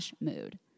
mood